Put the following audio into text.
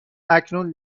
اکنون